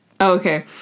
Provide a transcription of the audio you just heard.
okay